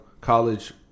college